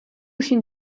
ŝin